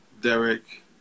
Derek